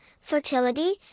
fertility